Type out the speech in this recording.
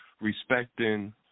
respecting